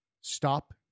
stop